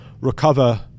recover